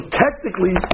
technically